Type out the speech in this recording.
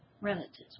relatives